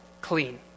clean